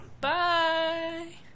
Bye